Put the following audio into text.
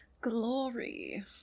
glory